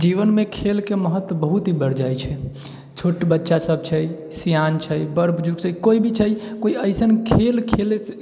जीवनमे खेलके महत्व बहुत ही बढ़ जाइत छै छोट बच्चा सब छै सिआन छै बड़ बुजुर्ग सब छै केओ भी छै कोइ ऐसन खेल खेलैत